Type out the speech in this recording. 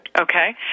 Okay